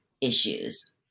issues